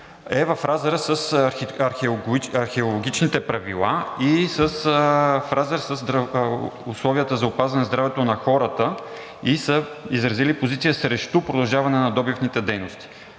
в разрез с археологичните правила и в разрез с условията за опазване здравето на хората, и са изразили позиция срещу продължаване на добивните дейности.